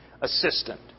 assistant